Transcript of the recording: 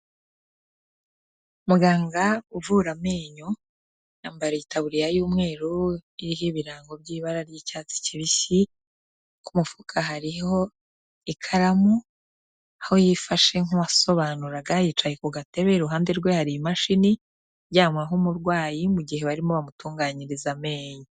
Muganga uvura amenyo, yambaye itaburiya y'umweru iriho ibirango by'ibara ry'icyatsi kibisi, ku mufuka hariho ikaramu, aho yifashe nk'uwasobanuraga, yicaye ku gatebe, iruhande rwe hari imashini iryamaho umurwayi mu gihe barimo bamutunganyiriza amenyo.